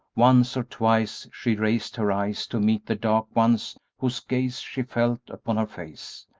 once or twice she raised her eyes to meet the dark ones whose gaze she felt upon her face,